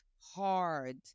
hard